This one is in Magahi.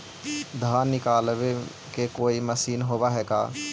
धान निकालबे के कोई मशीन होब है का?